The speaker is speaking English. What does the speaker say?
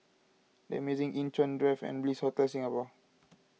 the Amazing Inn Chuan Drive and Bliss Hotel Singapore